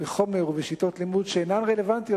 בחומר ובשיטות לימוד שאינן רלוונטיות